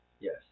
Yes